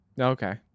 Okay